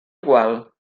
igual